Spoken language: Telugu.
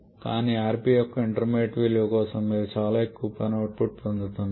కానీ rpయొక్క ఇంటర్మీడియట్ విలువ కోసం మీరు చాలా ఎక్కువ పని అవుట్పుట్ పొందుతున్నారు